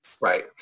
Right